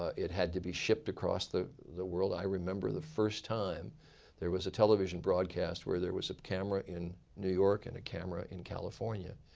ah it had to be shipped across the the world. i remember the first time there was a television broadcast where there was a camera in new york and a camera in california.